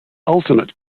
ultimate